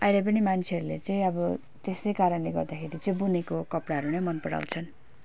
अहिले पनि मान्छहरूले चाहिँ अब त्यसै कारणले गर्दाखेरि चाहिँ बुनेको कपडाहरू नै मन पराउँछन्